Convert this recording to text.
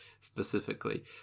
specifically